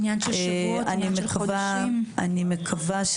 להערכתי הוא